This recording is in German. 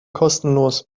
kostenlos